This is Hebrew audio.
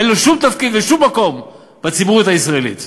אין לו שום תפקיד ושום מקום בציבוריות הישראלית,